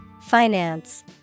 Finance